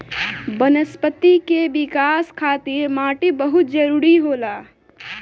वनस्पति के विकाश खातिर माटी बहुत जरुरी होला